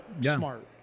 smart